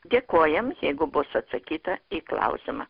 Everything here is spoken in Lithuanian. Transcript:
dėkojame jeigu bus atsakyta į klausimą